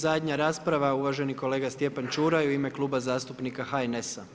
I zadnja rasprava uvaženi kolega Stjepan Čuraj u ime Kluba zastupnika HNS-a.